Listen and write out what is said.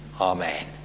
Amen